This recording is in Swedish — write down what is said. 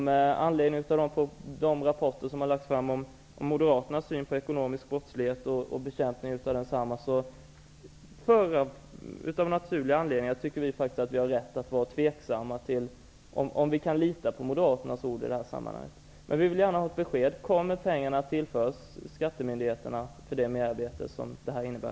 Med anledning av de rapporter som har lagts fram och Moderaternas syn på ekonomisk brottslighet och bekämpning av densamma tycker vi, av naturliga anledningar, att vi har rätt att hysa tvivel om ifall vi kan lita på Moderaternas ord i detta sammanhang. Vi vill gärna ha ett besked: Kommer pengar att tillföras skattemyndigheterna för det merarbete som detta innebär?